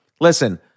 listen